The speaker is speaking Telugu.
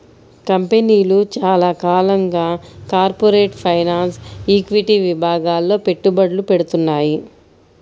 కంపెనీలు చాలా కాలంగా కార్పొరేట్ ఫైనాన్స్, ఈక్విటీ విభాగాల్లో పెట్టుబడులు పెడ్తున్నాయి